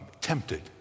tempted